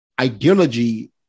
ideology